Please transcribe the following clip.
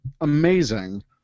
amazing